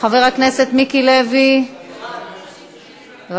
חבר הכנסת מיקי לוי, בבקשה.